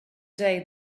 day